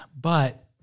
but-